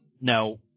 Now